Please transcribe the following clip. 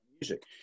music